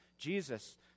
Jesus